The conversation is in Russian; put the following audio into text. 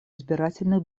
избирательных